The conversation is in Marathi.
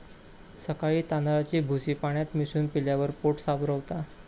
सकाळी तांदळाची भूसी पाण्यात मिसळून पिल्यावर पोट साफ रवता